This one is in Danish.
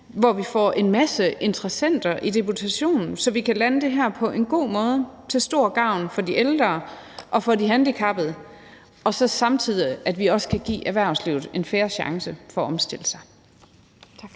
hvor vi får en masse interessenter i deputation, så vi kan lande det her på en god måde, til stor gavn for de ældre og for de handicappede, og så vi samtidig også kan give erhvervslivet en fair chance for at omstille sig.